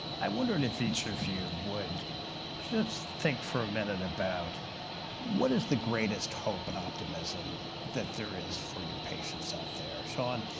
i wondered if each of you would just think for a minute about what is the greatest hope and optimism that there is for your patients out there? sean,